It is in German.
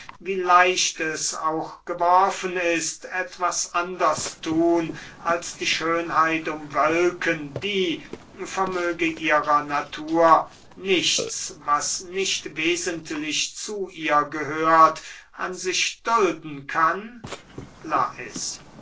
wie leicht es auch geworfen ist etwas anders thun als die schönheit umwölken die vermöge ihrer natur nichts was nicht wesentlich zu ihr gehört an sich dulden kann lais